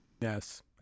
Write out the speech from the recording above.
Yes